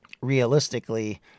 realistically